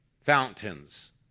fountains